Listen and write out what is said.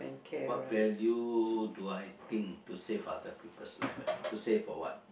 what value do I think to save other people's life ah to save for what